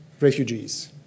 refugees